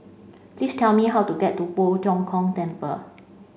please tell me how to get to Poh Tiong Kiong Temple